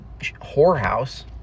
whorehouse